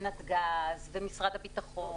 נתג"ז ומשרד הביטחון